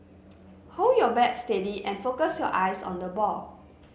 hold your bat steady and focus your eyes on the ball